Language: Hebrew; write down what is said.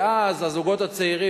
ואז הזוגות הצעירים,